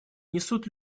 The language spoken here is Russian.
несут